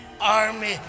army